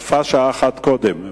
יפה שעה אחת קודם,